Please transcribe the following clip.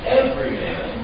everyman